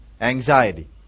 Anxiety